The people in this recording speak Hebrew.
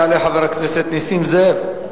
יעלה חבר הכנסת נסים זאב.